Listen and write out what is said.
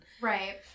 Right